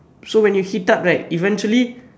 so when you heat up right eventually